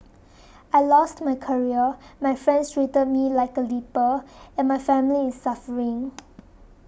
I lost my career my friends treat me like a leper and my family is suffering